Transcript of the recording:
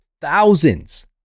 thousands